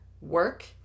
work